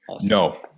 No